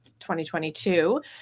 2022